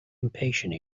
impatient